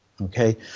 Okay